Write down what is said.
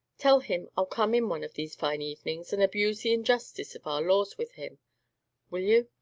tell him i'll come in one of these fine evenings, and abuse the injustice of our laws with him will you?